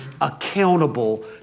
accountable